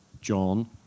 John